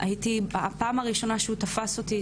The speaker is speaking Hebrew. הפעם הראשונה שהוא תפס אותי,